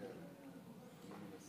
אדוני.